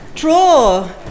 draw